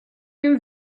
این